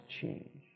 change